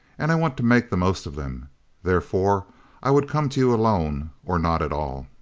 and i want to make the most of them therefore i would come to you alone or not at all.